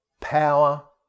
power